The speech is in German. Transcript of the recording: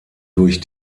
durch